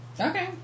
Okay